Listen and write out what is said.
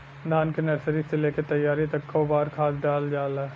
धान के नर्सरी से लेके तैयारी तक कौ बार खाद दहल जाला?